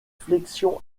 flexion